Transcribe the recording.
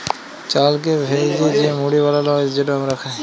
চালকে ভ্যাইজে যে মুড়ি বালাল হ্যয় যেট আমরা খাই